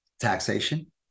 Taxation